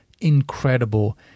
incredible